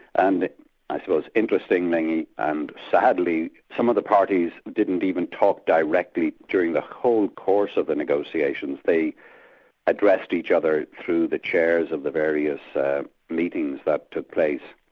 and i suppose interestingly and sadly some of the parties didn't even talk directly during the whole course of the negotiations, they addressed each other through the chairs of the various meetings that took place,